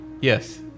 Yes